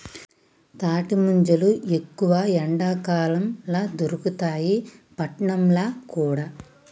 తాటి ముంజలు ఎక్కువ ఎండాకాలం ల దొరుకుతాయి పట్నంల కూడా